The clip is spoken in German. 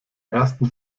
ersten